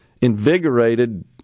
invigorated